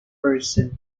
version